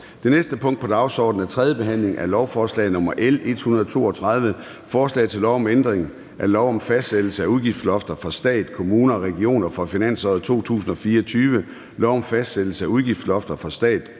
Det næste punkt på dagsordenen er: 4) 3. behandling af lovforslag nr. L 132: Forslag til lov om ændring af lov om fastsættelse af udgiftslofter for stat, kommuner og regioner for finansåret 2024, lov om fastsættelse af udgiftslofter for stat,